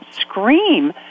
scream